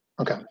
Okay